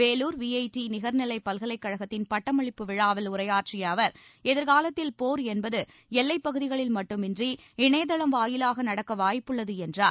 Vellore VIT நிகர்நிலைப் பல்கலைக்கழகத்தின் பட்டமளிப்பு விழாவில் உரையாற்றிய அவர் எதிர்காலத்தில் போர் என்பது எல்லைப் பகுதிகளில் மட்டுமின்றி இணையதள வாயிலாகவும் நடக்க வாய்ப்புள்ளது என்றார்